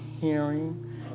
hearing